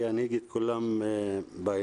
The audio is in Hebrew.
שינהיג את כולם בהמשך.